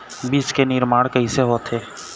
बीज के निर्माण कैसे होथे?